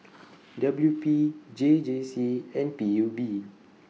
W P J J C and P U B